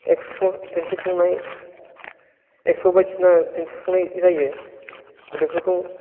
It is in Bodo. एक्सप' दिन्थिफुंनाय एक्सप' बायदिसिना दिन्थिफुंनाय जायो बेफोरखौ